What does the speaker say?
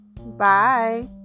Bye